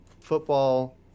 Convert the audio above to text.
football